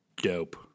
dope